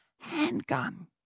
handgun